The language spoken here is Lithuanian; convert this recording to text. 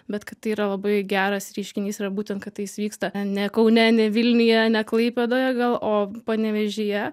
bet tai yra labai geras reiškinys yra būtent kad jis vyksta ne kaune ne vilniuje ne klaipėdoje gal o panevėžyje